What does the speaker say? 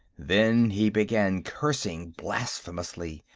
then he began cursing blasphemously,